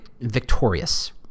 victorious